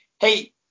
hey